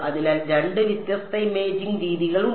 അതിനാൽ രണ്ട് വ്യത്യസ്ത ഇമേജിംഗ് രീതികളുണ്ട്